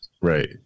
Right